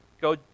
Go